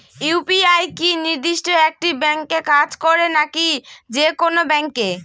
UPI কি নির্দিষ্ট একটি ব্যাংকে কাজ করে নাকি যে কোনো ব্যাংকে?